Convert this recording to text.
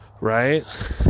right